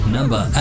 Number